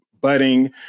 budding